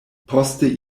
poste